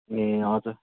ए हजुर